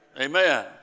Amen